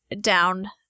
down